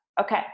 Okay